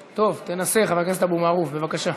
טוב, תנסה, חבר הכנסת אבו מערוף, בבקשה.